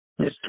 Mr